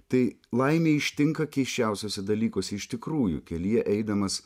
tai laimė ištinka keisčiausiuose dalykuose iš tikrųjų kelyje eidamas